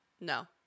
no